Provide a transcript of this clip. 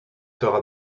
sera